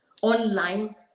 online